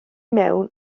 mewn